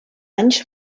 anys